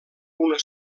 una